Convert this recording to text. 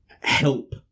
help